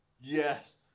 Yes